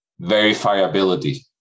Verifiability